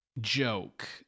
joke